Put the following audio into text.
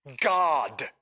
God